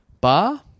bar